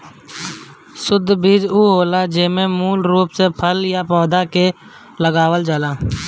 शुद्ध बीज उ होला जेमे मूल रूप से फल या पौधा के लगावल जाला